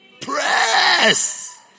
Press